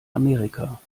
amerika